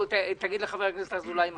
תגיד לחבר הכנסת אזולאי מחר.